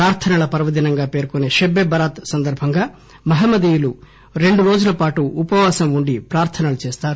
ప్రార్థనల పర్వదినంగా పేర్కొసే షబ్ ఏ బరాత్ సందర్బంగా మహ్మదీయులు రెండు రోజుల పాటు ఉపవాసం ఉండి ప్రార్గనలు చేస్తారు